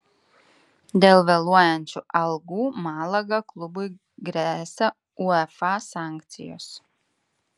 dėl vėluojančių algų malaga klubui gresia uefa sankcijos